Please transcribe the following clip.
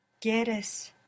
¿Quieres